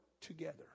together